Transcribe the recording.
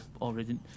already